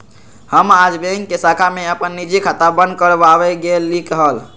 हम आज बैंक के शाखा में अपन निजी खाता बंद कर वावे गय लीक हल